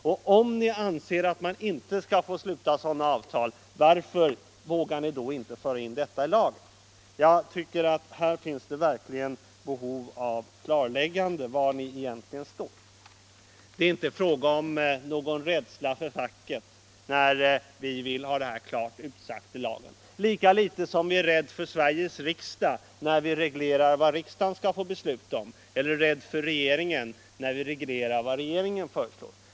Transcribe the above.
Och om ni anser att sådana avtal inte skall få slutas, varför vågar ni inte föra in en föreskrift härom i lag? Här finns verkligen behov av klarläggande av var ni egentligen står. Det är inte någon rädsla för facket som gör att vi vill ha detta klart utsagt i lagen, lika litet som vi är rädda för Sveriges riksdag när vi reglerar vad riksdagen skall få besluta om eller för regeringen när vi reglerar dess beslutanderätt.